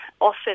often